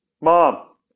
Mom